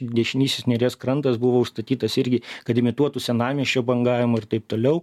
dešinysis neries krantas buvo užstatytas irgi kad imituotų senamiesčio bangavimą ir taip toliau